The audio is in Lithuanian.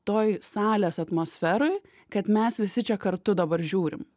toj salės atmosferoj kad mes visi čia kartu dabar žiūrim